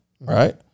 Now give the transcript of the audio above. Right